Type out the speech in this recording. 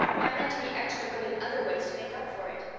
i meant to be extra good in other ways to make up for it.